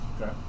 Okay